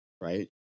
right